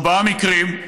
ארבעה מקרים: